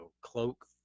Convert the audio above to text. cloak